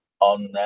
on